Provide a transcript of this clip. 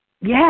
Yes